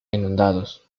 inundados